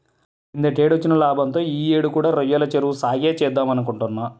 కిందటేడొచ్చిన లాభంతో యీ యేడు కూడా రొయ్యల చెరువు సాగే చేద్దామనుకుంటున్నా